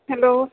hello